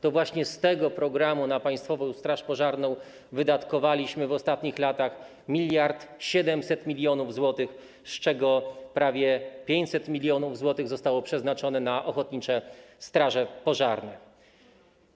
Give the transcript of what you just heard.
To właśnie z tego programu na państwową straż pożarną wydatkowaliśmy w ostatnich latach 1700 mln zł, z czego prawie 500 mln zł zostało przeznaczone na ochotnicze straże pożarne.